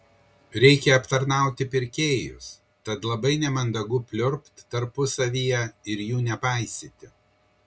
reikia aptarnauti pirkėjus tad labai nemandagu pliurpt tarpusavyje ir jų nepaisyti